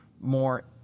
more